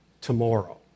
tomorrow